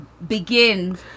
begin